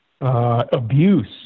abuse